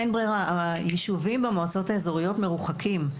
אין ברירה, היישובים במועצות האזוריות מרוחקים,